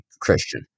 Christian